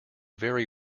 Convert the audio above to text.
very